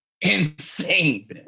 insane